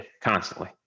constantly